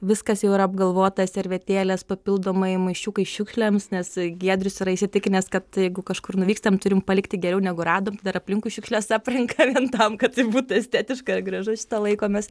viskas jau yra apgalvota servetėlės papildomai maišiukai šiukšlėms nes giedrius yra įsitikinęs kad jeigu kažkur nuvykstam turim palikti geriau negu radom dar aplinkui šiukšles aprenka tam kad tai būtų estetiška ir gražu šito laikomės